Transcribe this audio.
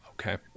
Okay